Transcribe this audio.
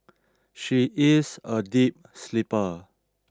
she is a deep sleeper